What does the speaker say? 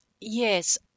Yes